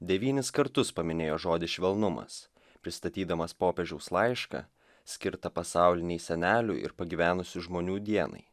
devynis kartus paminėjo žodį švelnumas pristatydamas popiežiaus laišką skirtą pasaulinei senelių ir pagyvenusių žmonių dienai